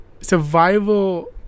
survival